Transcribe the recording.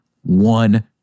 one